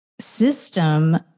system